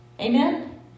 amen